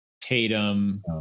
Tatum